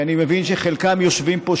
שאני מבין שחלקם יושבים פה,